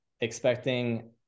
expecting